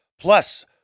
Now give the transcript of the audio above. Plus